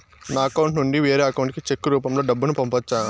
నా అకౌంట్ నుండి వేరే అకౌంట్ కి చెక్కు రూపం లో డబ్బును పంపొచ్చా?